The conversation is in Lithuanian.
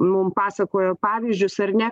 mums pasakojo pavyzdžius ar ne